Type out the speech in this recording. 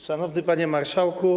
Szanowny Panie Marszałku!